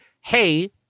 hey